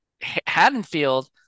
Haddonfield